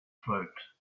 float